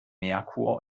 merkur